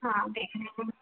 हाँ देख रहे हैं